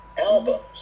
albums